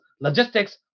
logistics